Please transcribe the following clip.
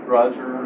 Roger